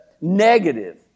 negative